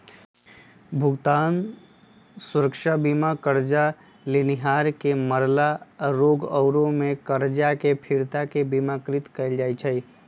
भुगतान सुरक्षा बीमा करजा लेनिहार के मरला, रोग आउरो में करजा के फिरता के बिमाकृत कयल जाइ छइ